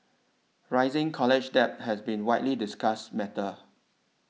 rising college debt has been widely discussed matter